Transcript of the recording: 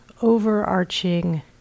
overarching